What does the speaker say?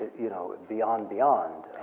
you know, beyond beyond.